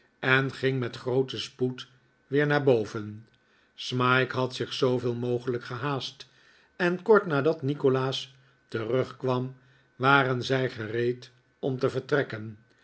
en ging met grooten spoed weer naar boven smike had zich zooveel mogelijk gehaast en kort nadat nikolaas terugkwam waren zij gereed om te vertrekken